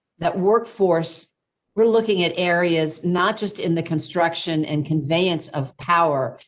that workforce we're looking at areas, not just in the construction and conveyance of power,